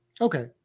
Okay